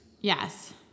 Yes